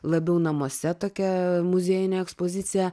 labiau namuose tokia muziejinė ekspozicija